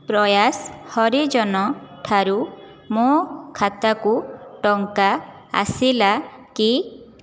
ପ୍ରୟାସ ହରିଜନ ଠାରୁ ମୋ ଖାତାକୁ ଟଙ୍କା ଆସିଲା କି